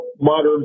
modern